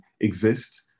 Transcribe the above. exist